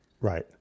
Right